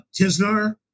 Tisnar